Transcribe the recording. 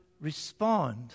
respond